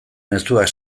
mezuak